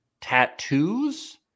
tattoos